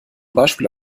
beispiel